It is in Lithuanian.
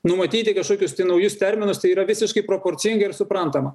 numatyti kašokius naujus terminus tai yra visiškai proporcinga ir suprantama